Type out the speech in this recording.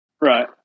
Right